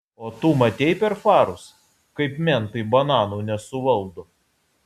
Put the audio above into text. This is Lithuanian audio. o tu matei per farus kaip mentai bananų nesuvaldo